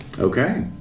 Okay